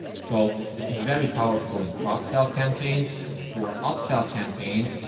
so this is very powerful in cross sell campaigns for opsahl campaigns.